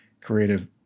creative